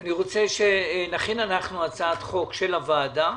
אני רוצה שנכין הצעת חוק של הוועדה.